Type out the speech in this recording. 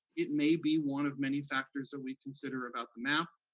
it may be one of many factors that we consider about the map,